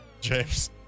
James